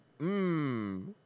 Mmm